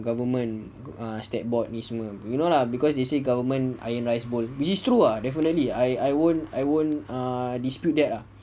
government state board ni semua you know lah because they see government iron rice bowl which is true lah definitely I I won't I won't a dispute that ah